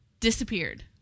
disappeared